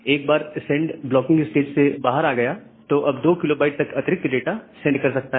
एक बार send blocking stage से बाहर आ गया तो वह अब 2 KB तक अतिरिक्त डेटा सेंड कर सकता है